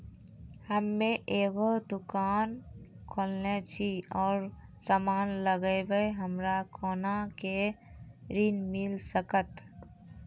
हम्मे एगो दुकान खोलने छी और समान लगैबै हमरा कोना के ऋण मिल सकत?